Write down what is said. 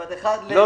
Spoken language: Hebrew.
כלומר 1 ל-360,000.